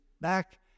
back